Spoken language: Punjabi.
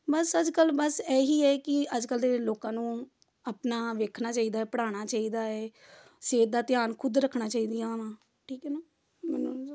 ਬਸ ਅੱਜ ਕੱਲ੍ਹ ਬਸ ਇਹੀ ਹੈ ਕਿ ਅੱਜ ਕੱਲ੍ਹ ਦੇ ਲੋਕਾਂ ਨੂੰ ਆਪਣਾ ਵੇਖਣਾ ਚਾਹੀਦਾ ਪੜ੍ਹਾਉਣਾ ਚਾਹੀਦਾ ਹੈ ਸਿਹਤ ਦਾ ਧਿਆਨ ਖੁਦ ਰੱਖਣਾ ਚਾਹੀਦੀਆਂ ਵਾ ਠੀਕ ਹੈ ਨਾ